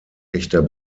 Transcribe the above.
echter